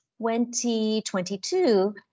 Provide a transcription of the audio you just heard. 2022